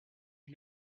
you